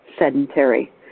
sedentary